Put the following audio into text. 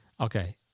Okay